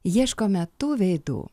ieškome tų veidų